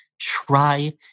try